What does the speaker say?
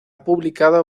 publicado